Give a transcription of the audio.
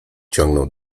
ciągnął